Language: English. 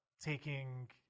taking